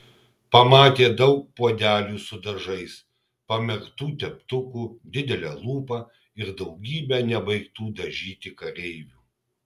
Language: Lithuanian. pamatė daug puodelių su dažais pamerktų teptukų didelę lupą ir daugybę nebaigtų dažyti kareivių